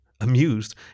Amused